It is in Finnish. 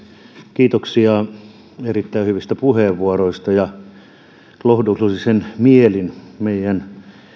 kiitoksia erittäin hyvistä puheenvuoroista lohdullisin mielin meidän